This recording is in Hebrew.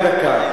רק דקה.